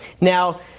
Now